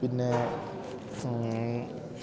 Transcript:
പിന്നെ